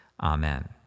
Amen